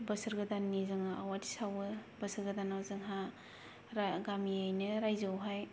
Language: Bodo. बोसोर गोदाननि जोंङो आवाथि सावो बोसोर गोदानाव जोंहा गामियैनो रायजोआवहाय